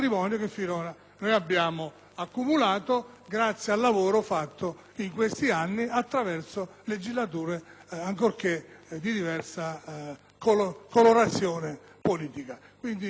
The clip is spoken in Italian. finora abbiamo accumulato, grazie al lavoro svolto in questi anni attraverso il legislatore, ancorché di diversa colorazione politica.